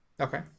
Okay